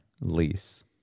lease